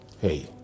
Hey